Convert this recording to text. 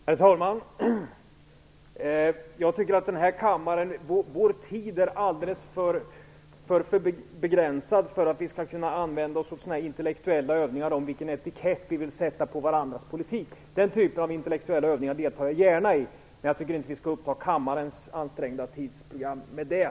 Herr talman! Jag tycker att vår tid i den här kammaren är alldeles för begränsad för att användas till sådana här intellektuella övningar om vilken etikett vi vill sätta på varandras politik. Den typen av intellektuella övningar deltar jag gärna i, men jag tycker inte att vi skall uppta kammarens ansträngda tidsprogram med det.